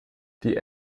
die